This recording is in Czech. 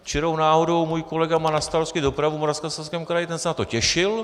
Čirou náhodou můj kolega má na starosti dopravu v Moravskoslezském kraji, ten se na to těšil.